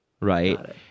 Right